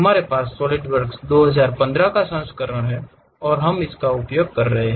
हमारे पास सॉलिडवर्क्स 2015 संस्करण है और हम इसका उपयोग कर रहे हैं